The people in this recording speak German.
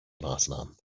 maßnahmen